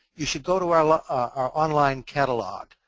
you should go to our our online catalog.